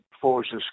forces